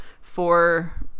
for-